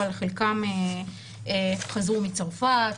אבל חלקם חזרו מצרפת,